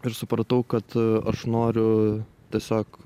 ir supratau kad aš noriu tiesiog